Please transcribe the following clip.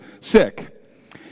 sick